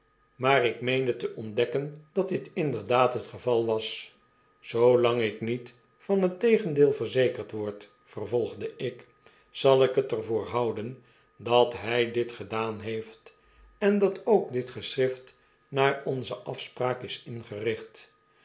maar ik meende te ontdekken dat dit inderdaad het geval was zoolang ik niet van hettegendeel verzekerd wordt vervolgde ik zal ik het er voor houden dat hij dit gedaan heeft en dat ook dit geschrift naar onze afspraakis ingericht